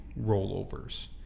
rollovers